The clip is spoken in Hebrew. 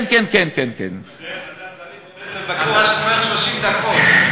אתה צריך עוד עשר דקות.